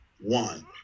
one